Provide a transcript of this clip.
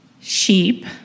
sheep